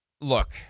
Look